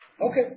Okay